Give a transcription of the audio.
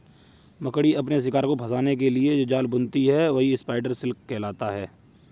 मकड़ी अपने शिकार को फंसाने के लिए जो जाल बुनती है वही स्पाइडर सिल्क कहलाता है